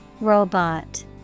Robot